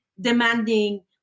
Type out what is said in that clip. demanding